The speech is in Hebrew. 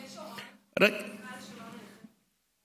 יש הוראת חוזר מנכ"ל שלא נאכפת.